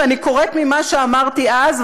ואני קוראת ממה שאמרתי אז,